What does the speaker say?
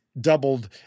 doubled